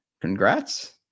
Congrats